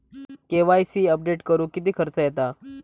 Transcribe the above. KYC update करुक किती खर्च येता?